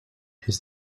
his